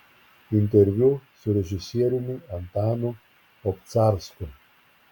interviu su režisieriumi antanu obcarsku